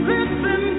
Listen